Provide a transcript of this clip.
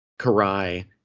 Karai